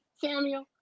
Samuel